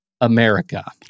America